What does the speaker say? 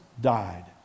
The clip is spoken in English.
died